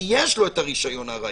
שיש לו רשיון ארעי,